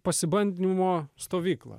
pasibandynimo stovyklą